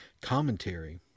commentary